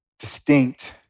distinct